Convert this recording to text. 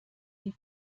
die